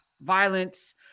violence